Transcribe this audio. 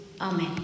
Amen